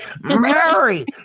Mary